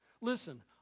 Listen